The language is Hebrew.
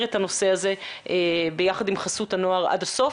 את הנושא הזה ביחד עם חסות הנוער עד הסוף,